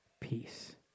peace